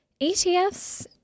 ETFs